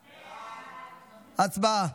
הצבעה.